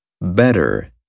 better